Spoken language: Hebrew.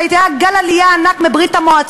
כשהיה גל עלייה ענק מברית-המועצות,